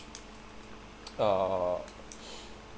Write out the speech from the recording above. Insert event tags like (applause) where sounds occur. (noise) uh (noise)